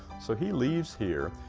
so he leaves here,